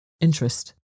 interest